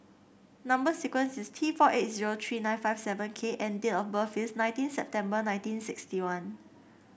number sequence is T four eight zero three nine five seven K and date of birth is nineteen September nineteen sixty one